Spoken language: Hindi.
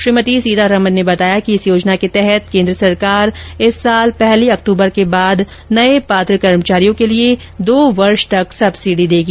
श्रीमती सीतारामन ने बताया कि इस योजना के तहत केन्द्र सरकार इस वर्ष पहली अंक्टूबर के बाद नए पात्र कर्मचारियों के लिए दो वर्ष तक सब्सिडी देगी